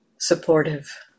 supportive